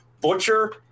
Butcher